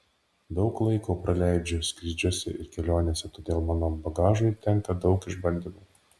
daug laiko praleidžiu skrydžiuose ir kelionėse todėl mano bagažui tenka daug išbandymų